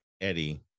eddie